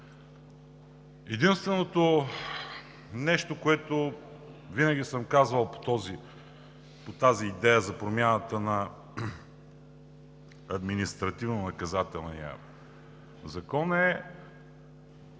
Единственото нещо, което винаги съм казвал по идеята за промяната на административнонаказателния закон,